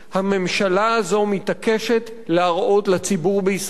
הממשלה הזאת מתעקשת להראות לציבור בישראל